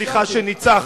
סליחה שניצחנו.